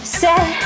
set